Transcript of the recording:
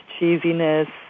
cheesiness